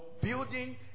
building